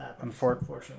unfortunately